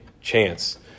chance